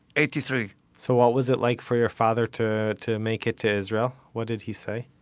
eighty-three so what was it like for your father to to make it to israel? what did he say?